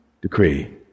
decree